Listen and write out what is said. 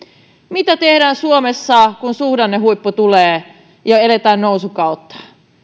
mitä tehdään suomessa kun suhdannehuippu tulee ja eletään nousukautta